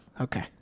Okay